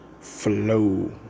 flow